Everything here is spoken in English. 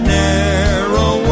narrow